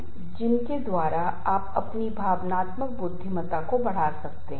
और अगर संगठनात्मक स्तर पर व्यक्तिगत स्तर पर ऐसी तनाव प्रतिक्रियाएं हैं यदि तनाव होता है तो क्या होता है